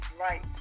right